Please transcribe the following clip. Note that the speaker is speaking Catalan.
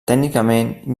tècnicament